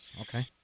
Okay